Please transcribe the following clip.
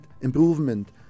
improvement